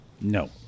No